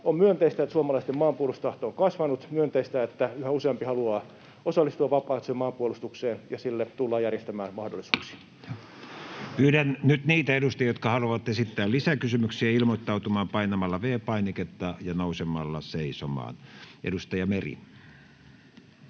On myönteistä, että suomalaisten maanpuolustustahto on kasvanut, ja myönteistä, että yhä useampi haluaa osallistua vapaaehtoiseen maanpuolustukseen. Sille tullaan järjestämään mahdollisuuksia. Pyydän nyt niitä edustajia, jotka haluavat esittää lisäkysymyksiä, ilmoittautumaan painamalla V-painiketta ja nousemalla seisomaan. — Edustaja Meri.